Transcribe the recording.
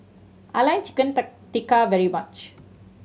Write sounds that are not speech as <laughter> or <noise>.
I like Chicken <unintelligible> Tikka very much